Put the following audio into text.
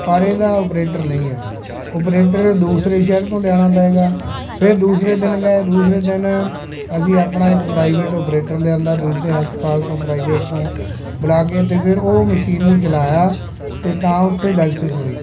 ਪਰ ਇਹਦਾ ਓਪਰੇਟਰ ਨਹੀਂ ਹੈ ਓਪਰੇਟਰ ਦੂਸਰੇ ਸ਼ਹਿਰ ਤੋਂ ਲਿਆਉਣਾ ਪਵੇਗਾ ਫਿਰ ਦੂਸਰੇ ਦਿਨ ਗਏ ਦੂਸਰੇ ਦਿਨ ਅਸੀਂ ਆਪਣਾ ਇੱਕ ਪ੍ਰਾਈਵੇਟ ਓਪਰੇਟਰ ਲਿਆਂਦਾ ਦੂਸਰੇ ਹਸਪਤਾਲ ਤੋਂ ਪ੍ਰਾਈਵੇਟ ਤੋਂ ਬੁਲਾ ਕੇ ਅਤੇ ਫਿਰ ਉਹ ਮਸ਼ੀਨ ਨੂੰ ਚਲਾਇਆ ਅਤੇ ਤਾਂ ਉੱਥੇ ਡਾਇਲਸਿਸ ਹੋਈ